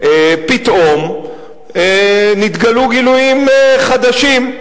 פתאום נתגלו גילויים חדשים.